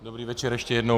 Dobrý večer ještě jednou.